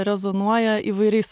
rezonuoja įvairiais